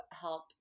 help